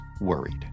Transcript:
worried